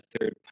third